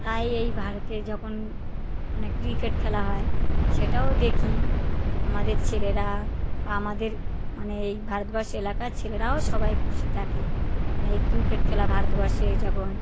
তাই এই ভারতে যখন মানে ক্রিকেট খেলা হয় সেটাও দেখি আমাদের ছেলেরা বা আমাদের মানে এই ভারতবর্ষ এলাকার ছেলেরাও সবাই খুশি থাকে মানে এই ক্রিকেট খেলা ভারতবর্ষে যখন